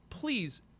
Please